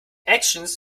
actions